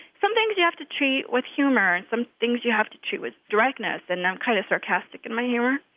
some things you have to treat with humor and some things you have to treat with directness, and i'm kind of sarcastic in my humor.